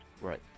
Right